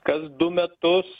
kas du metus